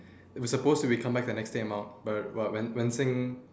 it was supposed to be we come back the next day mah but Wen-Xing